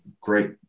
great